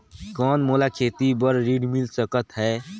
कौन मोला खेती बर ऋण मिल सकत है?